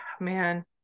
man